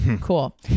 cool